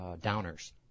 downers